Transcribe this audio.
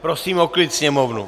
Prosím o klid sněmovnu.